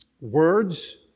Words